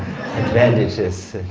advantages,